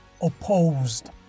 opposed